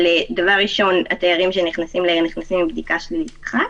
התיירים שנכנסים נכנסים לאחר בדיקה שלילית אחת.